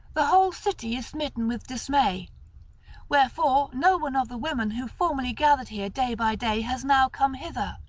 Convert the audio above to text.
the whole city is smitten with dismay wherefore no one of the women who formerly gathered here day by day has now come hither.